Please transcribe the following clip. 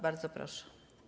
Bardzo proszę.